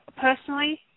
personally